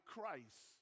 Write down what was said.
Christ